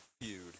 feud